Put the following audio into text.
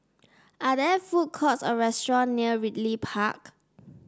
are there food courts or restaurants near Ridley Park